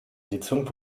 sitzung